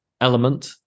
element